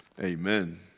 Amen